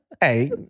Hey